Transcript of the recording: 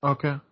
Okay